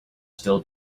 still